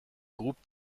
groupes